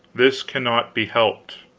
this cannot be helped.